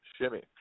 shimmy